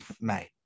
mate